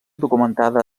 documentada